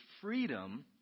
freedom